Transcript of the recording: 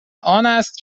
آنست